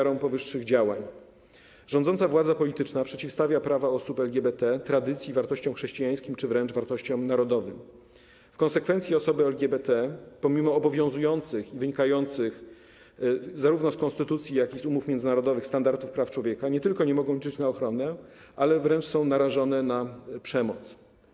Rządząca władza polityczna przeciwstawia prawa osób LGBT tradycji i wartościom chrześcijańskim czy wręcz wartościom narodowym, w konsekwencji osoby LBGT pomimo obowiązujących i wynikających zarówno z konstytucji, jak i z umów międzynarodowych standardów praw człowieka nie tylko nie mogą liczyć na ochronę, ale wręcz są narażone na przemoc.